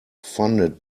funded